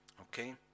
Okay